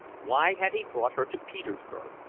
why had he brought her to petersburg?